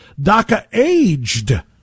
DACA-aged